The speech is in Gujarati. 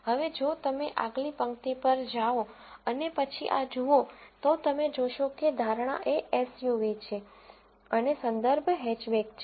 હવે જો તમે આગલી પંક્તિ પર જાઓ અને પછી આ જુઓ તો તમે જોશો કે ધારણા એ એસયુવી છે અને સંદર્ભ હેચબેક છે